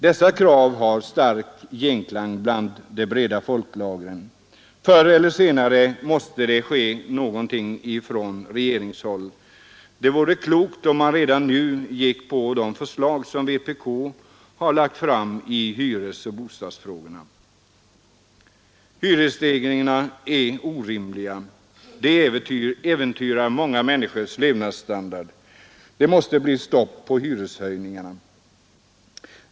Dessa krav har stark genklang bland de breda folklagren. Förr eller senare måste det ändå ske något från regeringshåll. Det vore klokt om man redan nu biträdde de förslag som vpk lagt fram i hyresoch bostadsfrågorna. Hyresstegringarna är orimliga. De äventyrar många människors levnadsstandard. Det måste bli ett stopp på hyreshöjningarna.